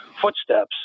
footsteps